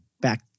back